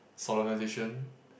solemnization